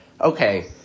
okay